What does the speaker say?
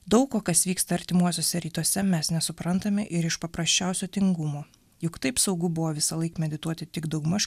daug ko kas vyksta artimuosiuose rytuose mes nesuprantame ir iš paprasčiausio tingumo juk taip saugu buvo visąlaik medituoti tik daugmaž